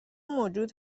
موجود